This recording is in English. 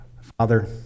Father